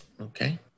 Okay